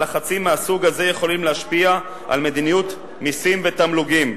שבה לחצים מהסוג הזה יכולים להשפיע על מדיניות מסים ותמלוגים.